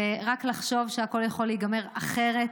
ורק לחשוב שהכול יכול להיגמר אחרת.